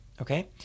Okay